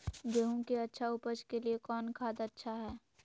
गेंहू के अच्छा ऊपज के लिए कौन खाद अच्छा हाय?